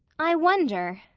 i wonder,